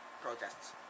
protests